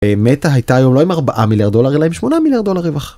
באמת הייתה היום לא עם 4 מיליארד דולר אלא עם 8 מיליארד דולר רווח.